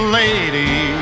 lady